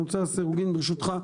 אני רוצה לסירוגין ברשותך,